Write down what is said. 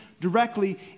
directly